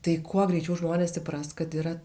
tai kuo greičiau žmonės supras kad yra